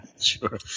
sure